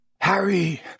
Harry